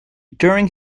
during